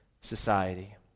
society